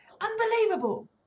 Unbelievable